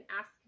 ask